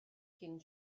cyn